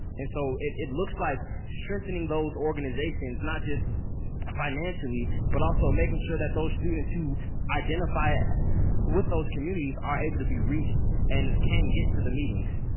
and so it looks like strengthening those organizations, not just financially, but also making sure that those students who identify with those communities are able to be reached and can get to the meetings.